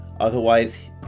Otherwise